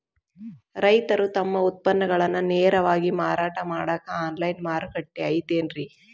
ರೈತರು ತಮ್ಮ ಉತ್ಪನ್ನಗಳನ್ನ ನೇರವಾಗಿ ಮಾರಾಟ ಮಾಡಾಕ ಆನ್ಲೈನ್ ಮಾರುಕಟ್ಟೆ ಐತೇನ್ರಿ?